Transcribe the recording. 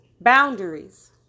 Boundaries